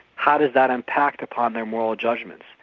how does that impact upon their moral judgements?